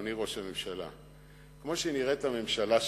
אדוני ראש הממשלה: כמו שנראית הממשלה שלך,